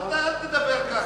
אתה אל תדבר ככה.